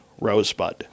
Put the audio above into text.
Rosebud